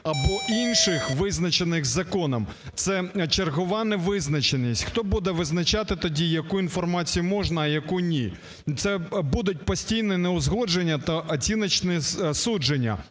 "або інших визначених законом" – це чергова невизначеність. Хто буде визначати тоді, яку інформацію можна, а яку ні? Це будуть постійні неузгодження та оціночні судження,